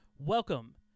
Welcome